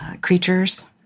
creatures